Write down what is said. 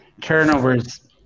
turnovers